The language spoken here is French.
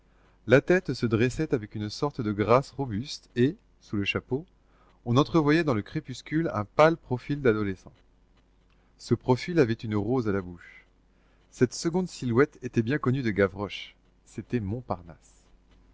la tête se dressait avec une sorte de grâce robuste et sous le chapeau on entrevoyait dans le crépuscule un pâle profil d'adolescent ce profil avait une rose à la bouche cette seconde silhouette était bien connue de gavroche c'était montparnasse